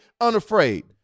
unafraid